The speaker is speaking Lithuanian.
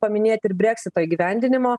paminėt ir breksito įgyvendinimo